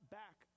back